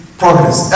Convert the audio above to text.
progress